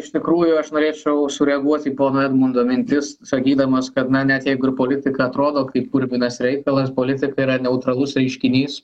iš tikrųjų aš norėčiau sureaguoti į pono edmundo mintis sakydamas kad na net jeigu ir politika atrodo kaip purvinas reikalas politika yra neutralus reiškinys